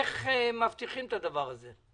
איך מבטיחים את הדבר הזה?